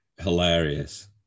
hilarious